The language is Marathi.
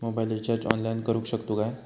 मोबाईल रिचार्ज ऑनलाइन करुक शकतू काय?